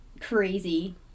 crazy